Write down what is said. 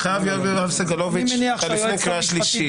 חבר הכנסת סגלוביץ', אתה לפני קריאה שלישית.